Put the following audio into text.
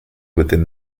within